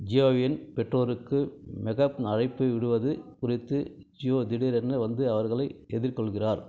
ஜியாேவின் பெற்றோருக்கு மெஹக் அழைப்பு விடுவது குறித்து ஜியோ திடீரென வந்து அவர்களை எதிர்கொள்கிறார்